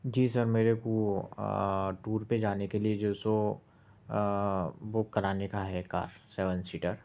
جی sir میرے کو tour پہ جانے کے لیے جو سو بک کرانے کا ہے کار سیون سیٹر